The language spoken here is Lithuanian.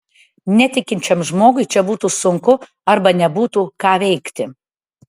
netikinčiam žmogui čia būtų sunku arba nebūtų ką veikti